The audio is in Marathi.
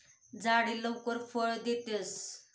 झाडे लवकर फळ देतस